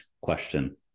question